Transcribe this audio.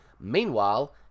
Meanwhile